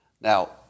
Now